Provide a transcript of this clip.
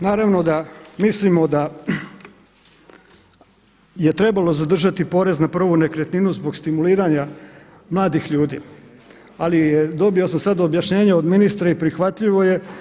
Naravno da mislimo da je trebalo zadržati porez na prvu nekretninu zbog stimuliranja mladih ljudi, ali dobio sam sad objašnjenje od ministra i prihvatljivo je.